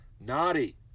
Naughty